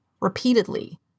repeatedly